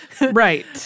Right